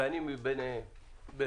ואני ביניהם,